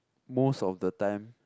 most of the time